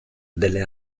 delle